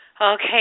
Okay